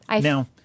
Now